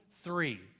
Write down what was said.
Three